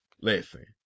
Listen